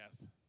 death